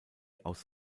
aus